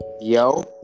yo